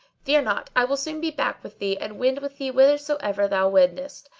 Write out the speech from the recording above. fear not, i will soon be back with thee and wend with thee whithersoever thou wendest.